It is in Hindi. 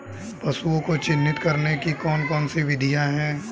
पशुओं को चिन्हित करने की कौन कौन सी विधियां हैं?